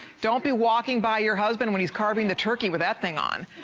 don't be walking by your husband when he is carving the turkey with that thing on.